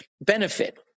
benefit